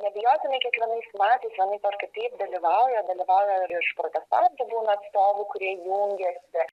neabejotinai kiekvienais metais vienaip ar kitaip dalyvauja dalyvauja ir iš protestantų būna atstovų kurie jungiasi